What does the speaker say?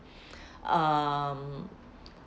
um